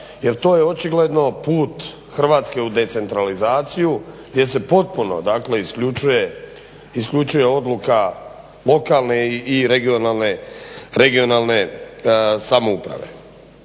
jer to je očigledno put Hrvatske u decentralizaciju gdje se potpuno dakle isključuje odluka lokalne i regionalne samouprave.